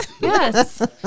yes